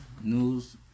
News